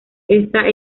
esta